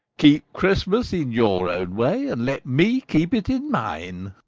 keep christmas in your own way, and let me keep it in mine.